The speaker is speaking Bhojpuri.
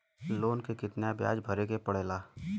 लोन के कितना ब्याज भरे के पड़े ला?